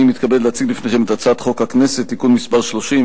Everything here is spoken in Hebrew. אני מתכבד להציג בפניכם את הצעת חוק הכנסת (תיקון מס' 30),